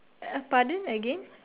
uh pardon again